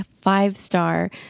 five-star